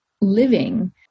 living